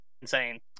insane